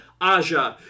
Aja